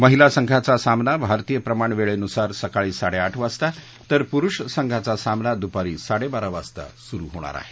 महिला संघाचा सामना भारतीय प्रमाण वेळेनुसार सकाळी साडेआठ वाजता तर पुरुष संघाचा सामना दुपारी साडेबारा वाजता सुरु होणार आहे